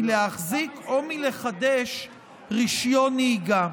מלהחזיק או מלחדש רישיון נהיגה.